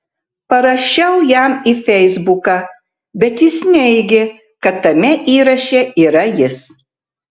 parašiau jam į feisbuką bet jis neigė kad tame įraše yra jis